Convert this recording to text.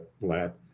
lab